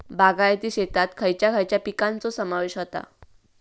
बागायती शेतात खयच्या खयच्या पिकांचो समावेश होता?